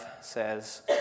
says